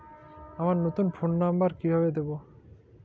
আমার নতুন phone number কিভাবে দিবো?